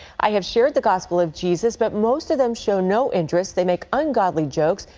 i have shared the gospel of jesus, but most of them show no interest, they make ungodly jokes,